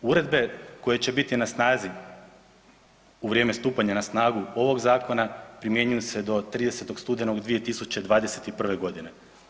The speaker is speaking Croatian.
Uredbe koje će biti na snazi u vrijeme stupanja na snagu ovoga zakona primjenjuju se do 30. studenog 2021. godine.